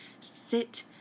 sit